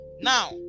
Now